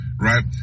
Right